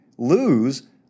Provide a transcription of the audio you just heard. lose